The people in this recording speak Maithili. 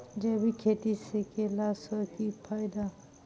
जैविक खेती केला सऽ की फायदा?